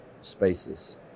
spaces